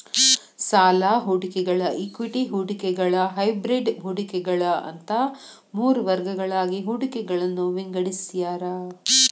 ಸಾಲ ಹೂಡಿಕೆಗಳ ಇಕ್ವಿಟಿ ಹೂಡಿಕೆಗಳ ಹೈಬ್ರಿಡ್ ಹೂಡಿಕೆಗಳ ಅಂತ ಮೂರ್ ವರ್ಗಗಳಾಗಿ ಹೂಡಿಕೆಗಳನ್ನ ವಿಂಗಡಿಸ್ಯಾರ